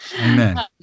Amen